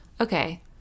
okay